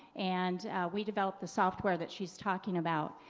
and we developed the software that she's talking about.